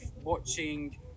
watching